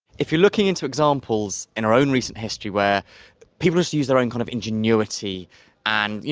if you're looking into examples in our own recent history where people just use their own kind of ingenuity and, you